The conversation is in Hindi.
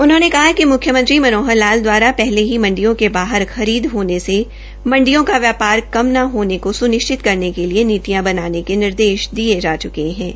उन्होंने कहा कि मुख्यमंत्री श्री मनोहर लाल दवारा पहले ही मंडियों के बाहर खरीद फरोख्त होने से मंडियों का व्यापार कम न होने को सुनिश्चित करने के लिए नीतियां बनाने निर्देश दिए जा चुके हैं कि